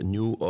New